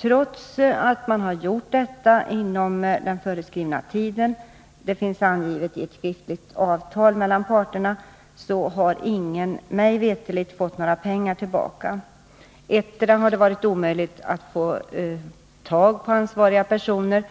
Trots att de gjort detta inom den föreskrivna tiden — den finns angiven i ett skriftligt avtal mellan parterna — har ingen mig veterligt fått några pengar tillbaka. Antingen har det varit omöjligt att få tag på ansvariga personer,